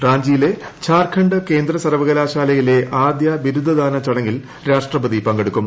റാഞ്ചിയിലെ ഝാർഖണ്ഡ് കേന്ദ്ര സർവകലാശാലയിലെ ആദ്യ ബിരുദദാന ചടങ്ങിൽ രാഷ്ട്രപതി പങ്കെടുക്കും